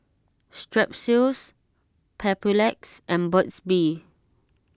Strepsils Papulex and Burt's Bee